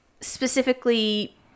specifically